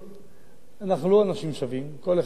אנחנו לא אנשים שווים, כל אחד שונה מחברו,